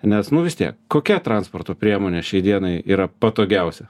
nes nu vis tiek kokia transporto priemonė šiai dienai yra patogiausia